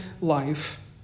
life